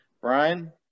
Brian